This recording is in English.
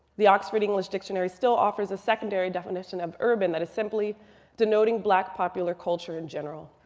the oxford english dictionary still offers a secondary definition of urban that is simply denoting black popular culture in general.